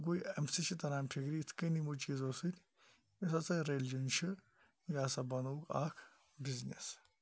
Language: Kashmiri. گوٚو امہِ سۭتۍ چھُ تَران فکرِ یِتھ کٔنۍ یِمو چیٖزو سۭتۍ یُس ہَسا ریلجَن چھُ یہِ ہَسا بَنووُکھ اکھ بِزنِس